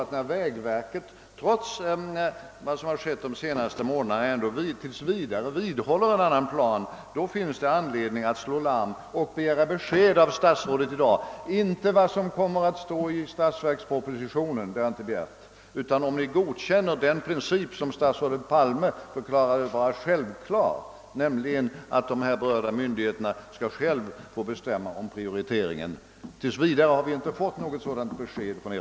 Men när vägverket, trots vad som har skett de senaste månaderna, ändå tills vidare vidhåller en annan plan, finns det anledning att slå larm och begära besked av statsrådet i dag, inte om vad som kommer att stå i statsverkspropositionen — det har jag inte begärt — utan om huruvida Ni godkänner den princip som statsrådet Palme förklarade vara självklar, nämligen att de berörda myndigheterna själva skall få bestämma om prioriteringen. Ännu har vi inte fått något besked från Er.